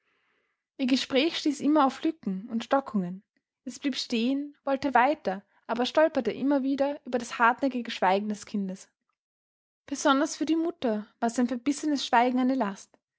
ihr gespräch stieß immer auf lücken und stockungen es blieb stehen wollte weiter aber stolperte immer wieder über das hartnäckige schweigen des kindes besonders für die mutter war sein verbissenes schweigen eine last